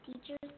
Teachers